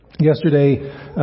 Yesterday